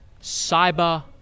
cyber